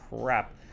crap